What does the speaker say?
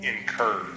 incurred